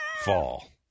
fall